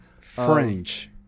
French